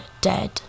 dead